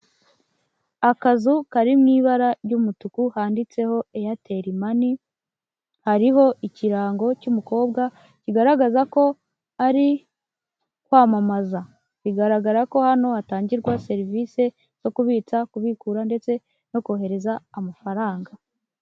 Akazu kari mu ibara ry'umutuku handitseho Eyateri mani, hariho ikirango cy'umu umukobwa, kigaragaza ko ari kwamamaza, bigaragara ko hano hatangirwa serivisi zo kubitsa, kubikura ndetse no kohereza amafaranga.